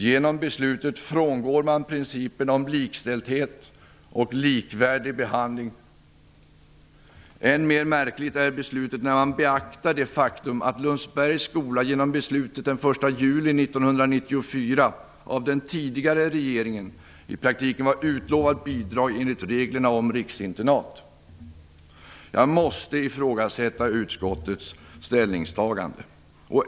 Genom beslutet frångår man principen om likställdhet och likvärdig behandling. Än mer märkligt är beslutet när man beaktar det faktum att Jag måste ifrågasätta utskottets ställningstagande.